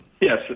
Yes